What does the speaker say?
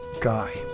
guy